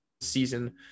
season